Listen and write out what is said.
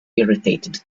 irritated